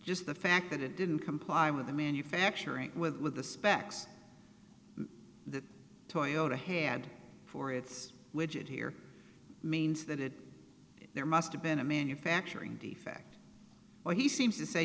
just the fact that it didn't comply with the manufacturing with the specs that toyota hand for its widget here means that it there must have been a manufacturing defect but he seems to say